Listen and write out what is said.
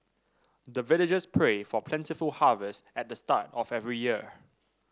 the villagers pray for plentiful harvest at the start of every year